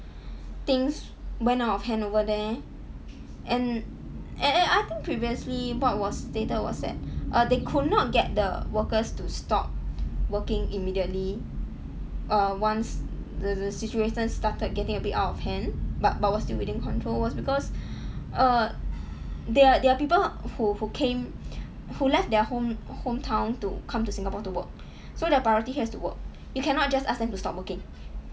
things went out of hand over there and and and I think previously what was stated was that err they could not get the workers to stop working immediately err once the the situation started getting a bit out of hand but but was still within control was because err there are there are people who who came who left their home hometown to come to singapore to work so their priority has to work you cannot just ask them to stop working